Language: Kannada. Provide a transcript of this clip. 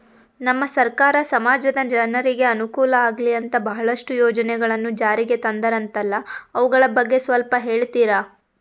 ನಮ್ಮ ಸರ್ಕಾರ ಸಮಾಜದ ಜನರಿಗೆ ಅನುಕೂಲ ಆಗ್ಲಿ ಅಂತ ಬಹಳಷ್ಟು ಯೋಜನೆಗಳನ್ನು ಜಾರಿಗೆ ತಂದರಂತಲ್ಲ ಅವುಗಳ ಬಗ್ಗೆ ಸ್ವಲ್ಪ ಹೇಳಿತೀರಾ?